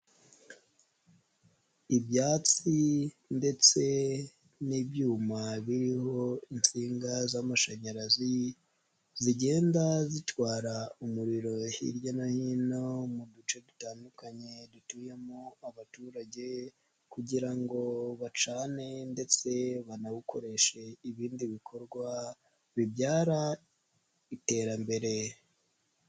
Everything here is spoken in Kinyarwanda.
Ibyatsi ndetse n'ibyuma biriho insinga z'amashanyarazi zigenda zitwara umuriro hirya no hino mu duce dutandukanye dutuyemo abaturage kugira ngo bacane ndetse banawukoreshe ibindi bikorwa bibyara iterambere.